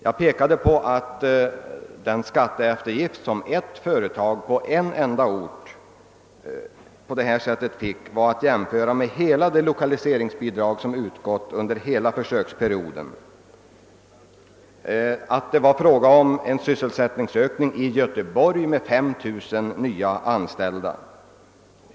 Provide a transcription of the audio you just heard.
Jag framhöll också att den skatteeftergift, som ett företag på en enda ort på detta sätt fick, kunde jämföras med hela det lokaliseringsbidrag som utgått under försöksperioden och att det var fråga om en sysselsättningsökning i Göteborg med 5 000 nyanställda.